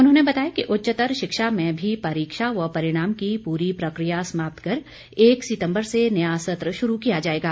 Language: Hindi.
उन्होंने बताया कि उच्चतर शिक्षा में भी परीक्षा व परिणाम की पूरी प्रक्रिया समाप्त कर एक सितम्बर से नया सत्र शुरू किया जाएगा